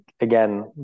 Again